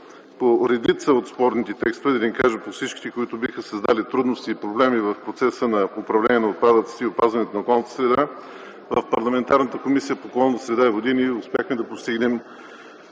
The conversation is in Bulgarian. по редица от спорните текстове, да не кажа по всичките, които биха създали трудности и проблеми в процеса на управление на отпадъците и опазването на околната среда, в парламентарната Комисия по околната среда и води ние успяхме да постигнем